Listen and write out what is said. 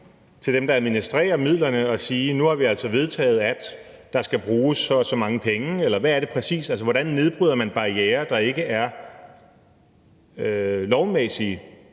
til dem, der administrerer midlerne, og sige: Nu har vi altså vedtaget, at der skal bruges så og så mange penge? Eller hvad er det præcis, man ønsker? Hvordan nedbryder man barrierer, der ikke er lovmæssige,